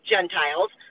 Gentiles